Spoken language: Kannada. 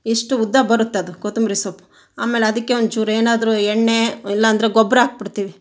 ಇಷ್ಟು ಉದ್ದ ಬರುತ್ತೆ ಅದು ಕೊತ್ತಂಬ್ರಿ ಸೊಪ್ಪು ಆಮೇಲೆ ಅದಕ್ಕೆ ಒಂಚೂರು ಏನಾದರೂ ಎಣ್ಣೆ ಇಲ್ಲಾಂದರೆ ಗೊಬ್ಬರ ಹಾಕ್ಬಿಡ್ತೀವಿ